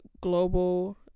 global